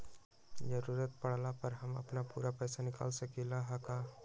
जरूरत परला पर हम अपन पूरा पैसा निकाल सकली ह का?